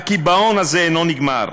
הקיבעון הזה אינו נגמר,